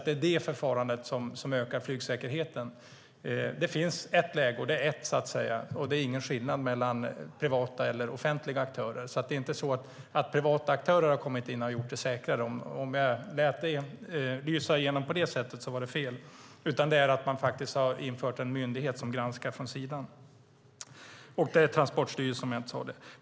Det är det förfarandet som ökar flygsäkerheten. Det finns ett läge och det är ett. Det är ingen skillnad mellan privata och offentliga aktörer. Det är inte så att privata aktörer har gjort det säkrare. Om det lät på det sättet var det fel. Utan det har blivit säkrare på grund av att man har fått en myndighet som granskar från sidan, och det är Transportstyrelsen.